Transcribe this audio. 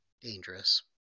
dangerous